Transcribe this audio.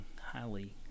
highly